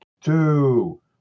two